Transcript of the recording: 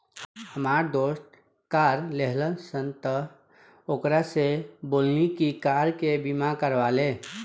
हामार दोस्त कार लेहलस त ओकरा से बोलनी की कार के बीमा करवा ले